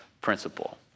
principle